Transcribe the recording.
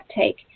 take